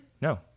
No